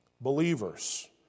believers